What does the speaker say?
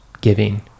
Giving